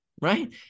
right